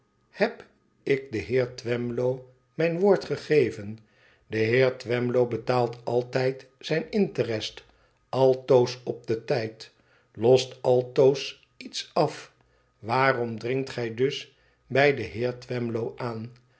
heb ik den heer twemlow mijn woord gegeven de heer twemlow betaalt altijd zijn interest altoos op den tijd lost altoos iets af waarom dringt gij dus bij den heer twemlow aan